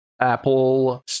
Apple